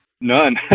none